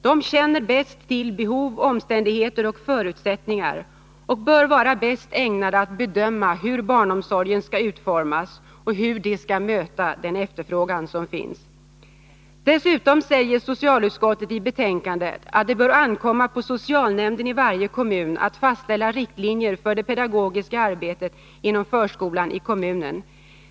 De känner bäst till behov, omständigheter och förutsättningar och bör vara bäst ägnade att bedöma hur barnomsorgen skall utformas samt hur de skall möta den efterfrågan som finns. Dessutom säger socialutskottet i betänkandet att det bör ankomma på socialnämnden i varje kommun att fastställa riktlinjer för det pedagogiska arbetet inom förskolan i kommunen.